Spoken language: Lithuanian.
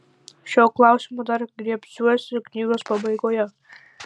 šio klausimo dar griebsiuosi knygos pabaigoje